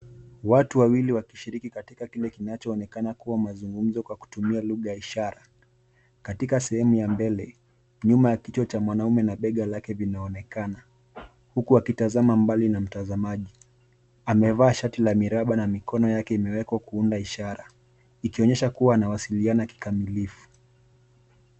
Watu Wawili wakishiriki katika kile kinachoonekana kuwa mazungumzo wakitumia lugha ya ishara. Katika sehemu ya mbele, nyuma ya kichwa cha mwanamme na bega lake vinaonekana huku akitazama mbali na mtazamaji. Amevaa shati la miraba na mikono yake imewekwa kuunda ishara ikionyesha kuwa anawasiliana kikamilifu.